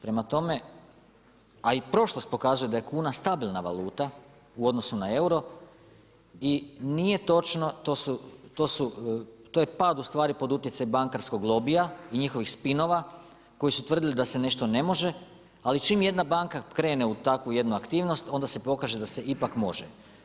Prema tome, a i prošlost pokazuje da je kuna stabilna valuta, u odnosu na euro i nije točno, to je pad ustvari pod utjecajem bankarskom lobija, i njihovih spinova koji su tvrdili da se nešto ne može, ali čim jedna banka krene u takvu jednu aktivnost, onda se pokaže da se ipak može.